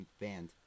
band